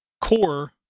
core